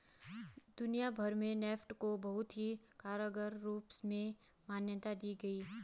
दुनिया भर में नेफ्ट को बहुत ही कारगर रूप में मान्यता दी गयी है